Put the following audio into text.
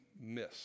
miss